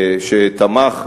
שתמך,